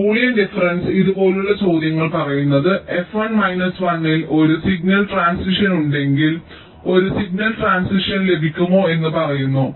അതിനാൽ Boolean difference ഇതുപോലുള്ള ചോദ്യങ്ങൾ പറയുന്നത് fi മൈനസ് 1 ൽ ഒരു സിഗ്നൽ ട്രാൻസിഷൻ ഉണ്ടെങ്കിൽ ഒരു സിഗ്നൽ ട്രാൻസിഷൻ ലഭിക്കുമോ എന്ന് പറയുന്നു